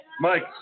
Mike